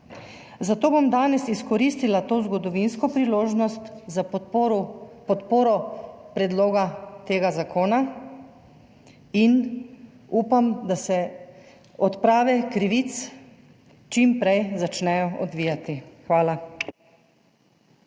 Zato bom danes izkoristila to zgodovinsko priložnost za podporo predloga tega zakona in upam, da se odprave krivic čim prej začnejo odvijati. Hvala.